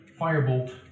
firebolt